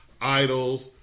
idols